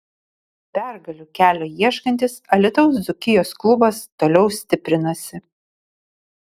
pergalių kelio ieškantis alytaus dzūkijos klubas toliau stiprinasi